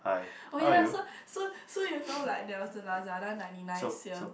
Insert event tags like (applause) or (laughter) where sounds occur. (breath) oh ya so so so you know like there was the Lazada ninety nine sale